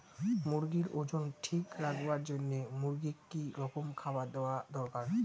মুরগির ওজন ঠিক রাখবার জইন্যে মূর্গিক কি রকম খাবার দেওয়া দরকার?